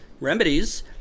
remedies